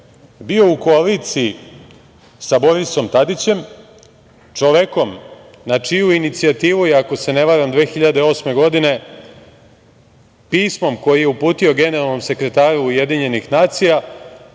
bio u koaliciji sa Borisom Tadićem, čovekom na čiju inicijativu je, ako se ne varam, 2008. godine pismom koje je uputio generalnom sekretaru UN problem Kosova